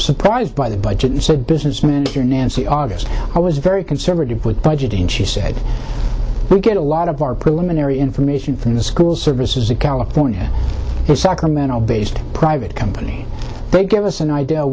surprised by the budget and said businessman here nancy august i was very conservative with budgeting she said we get a lot of our preliminary information from the school services the california sacramento based private company they give us an idea